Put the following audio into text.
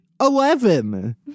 Eleven